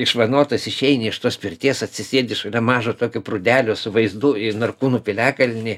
išvanotas išeini iš tos pirties atsisėdi šalia mažo tokio prūdelio su vaizdu į narkūnų piliakalnį